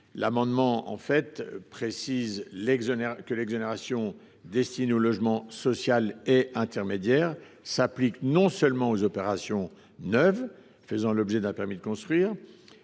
également à préciser que l’exonération destinée au logement social et intermédiaire s’applique non seulement aux opérations neuves faisant l’objet d’un permis de construire,